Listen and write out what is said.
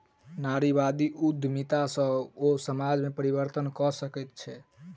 नारीवादी उद्यमिता सॅ ओ समाज में परिवर्तन कय सकै छै